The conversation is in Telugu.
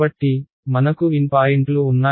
కాబట్టి మనకు n పాయింట్లు ఉన్నాయని చెప్పండి x1xn